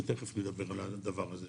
ותיכף נדבר על הדבר הזה.